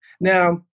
Now